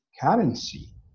currency